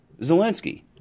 Zelensky